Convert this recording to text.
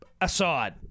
aside